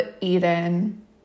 Eden